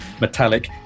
metallic